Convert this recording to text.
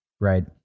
right